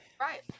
right